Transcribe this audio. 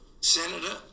Senator